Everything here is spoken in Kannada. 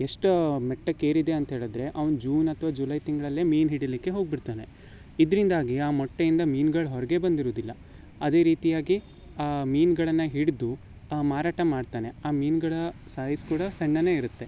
ಎಷ್ಟರ ಮಟ್ಟಕ್ಕೆ ಏರಿದೆ ಅಂತ ಹೇಳಿದ್ರೆ ಅವ್ನು ಜೂನ್ ಅಥ್ವಾ ಜುಲೈ ತಿಂಗಳಲ್ಲೇ ಮೀನು ಹಿಡಿಯಲಿಕ್ಕೆ ಹೋಗಿಬಿಡ್ತಾನೆ ಇದರಿಂದಾಗಿ ಆ ಮೊಟ್ಟೆಯಿಂದ ಮೀನ್ಗಳು ಹೊರಗೇ ಬಂದಿರುವುದಿಲ್ಲ ಅದೇ ರೀತಿಯಾಗಿ ಆ ಮೀನುಗಳನ್ನ ಹಿಡಿದು ಮಾರಾಟ ಮಾಡ್ತಾನೆ ಆ ಮೀನುಗಳ ಸೈಜ್ ಕೂಡ ಸಣ್ಣದೇ ಇರುತ್ತೆ